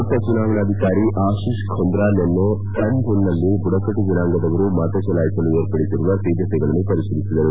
ಮುಖ್ಯ ಚುನಾವಣಾಧಿಕಾರಿ ಆಶೀಷ್ ಖುಂದ್ರಾ ನಿನ್ನೆ ಕನ್ನಮನ್ನಲ್ಲಿ ಬುಡಕಟ್ಟು ಜನಾಂಗದವರು ಮತ ಚಲಾಯಿಸಲು ಏರ್ಪಡಿಸಿರುವ ಸಿದ್ಧತೆಗಳನ್ನು ಪರಿಶೀಲಿಸಿದರು